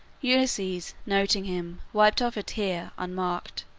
ulysses, noting him, wiped off a tear unmarked.